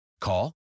Call